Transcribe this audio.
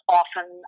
often